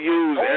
use